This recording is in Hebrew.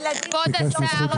--- כבוד השר,